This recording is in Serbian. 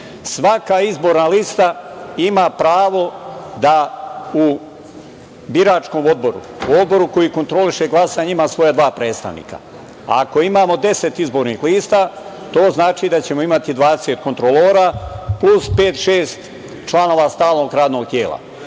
Svaka izborna lista ima pravo da u biračkom odboru, u odboru koji kontroliše glasanje ima svoja dva predstavnika. Ako imamo deset izbornih lista, to znači da ćemo imati 20 kontrolora, plus pet-šest članova stalnog radnog tela. Svi